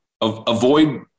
avoid